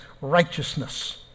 righteousness